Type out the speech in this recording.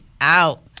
out